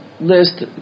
list